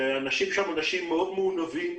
שהאנשים שם מאוד מעונבים,